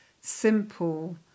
simple